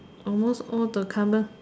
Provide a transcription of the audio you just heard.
almost all the current